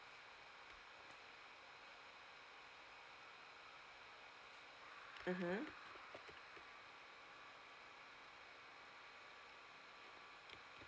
mmhmm